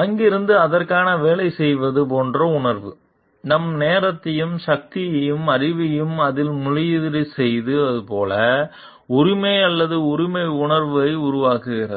அங்கிருந்து அதற்காக வேலை செய்வது போன்ற உணர்வு நம் நேரத்தையும் சக்தியையும் அறிவையும் அதில் முதலீடு செய்வது போல உரிமை அல்லது உரிமை உணர்வு உருவாகிறது